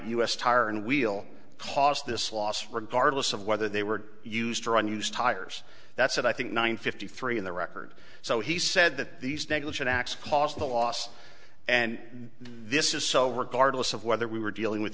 s tire and wheel caused this loss regardless of whether they were used or on used tires that's it i think nine fifty three in the record so he said that these negligent acts caused the loss and this is so regardless of whether we were dealing with